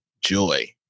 joy